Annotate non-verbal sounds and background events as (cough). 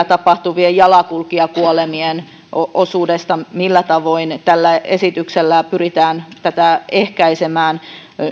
(unintelligible) tapahtuvien jalankulkijakuolemien osuudesta millä tavoin tällä esityksellä pyritään tätä ehkäisemään